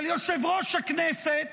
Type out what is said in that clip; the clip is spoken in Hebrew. של יושב-ראש הכנסת,